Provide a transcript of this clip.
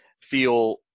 feel